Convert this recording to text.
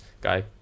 guy